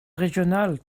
régionale